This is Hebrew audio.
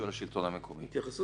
בחוק יסוד משק המדינה הגדירו שההגנה